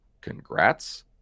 congrats